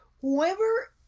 whoever